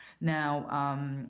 Now